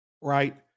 right